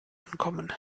ankommen